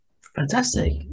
Fantastic